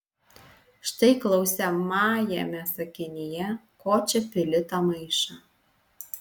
štai klausiamajame sakinyje ko čia pili tą maišą